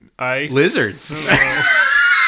Lizards